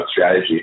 strategy